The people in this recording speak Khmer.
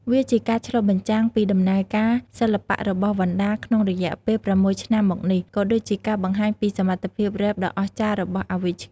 វាជាការឆ្លុះបញ្ចាំងពីដំណើរការសិល្បៈរបស់វណ្ណដាក្នុងរយៈពេល ៦ឆ្នាំមកនេះ ក៏ដូចជាការបង្ហាញពីសមត្ថភាពរ៉េបដ៏អស្ចារ្យរបស់ Awich។